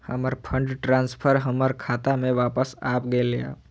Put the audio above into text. हमर fund transfer हमर खाता में वापस आब गेल या